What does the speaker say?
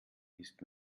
ist